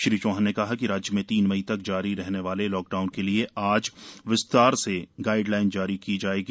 श्री चौहान ने कहा राज्य में तीन मई तक जारी रहने वाले लॉकडाउन के लिए आज विस्तार से गाईडलाइन घोषित की जायेगी